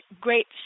great